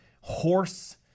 horse